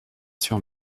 sur